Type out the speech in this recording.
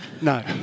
No